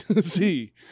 See